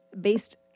based